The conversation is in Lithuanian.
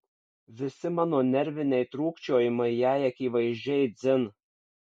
visi mano nerviniai trūkčiojimai jai akivaizdžiai dzin